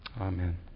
Amen